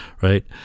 right